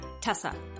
Tessa